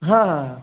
हां हां हां